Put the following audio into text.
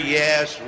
yes